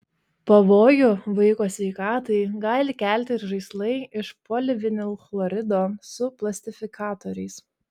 pavojų vaiko sveikatai gali kelti ir žaislai iš polivinilchlorido su plastifikatoriais